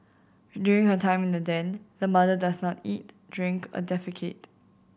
during her time in the den the mother does not eat drink or defecate